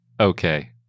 Okay